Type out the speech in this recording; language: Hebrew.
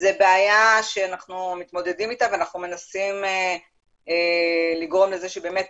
זו בעיה שאנחנו מתמודדים אתה ואנחנו מנסים לגרום לכך שבאמת